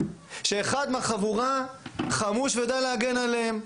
שאחד מהחבורה יהיה חמוש וידע להגן עליהם,